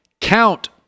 Count